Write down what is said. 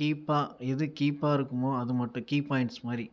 கீப்பா இது கீப்பா இருக்குமோ அது மட்டும் கீபாயிண்ட்ஸ் மாதிரி